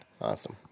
awesome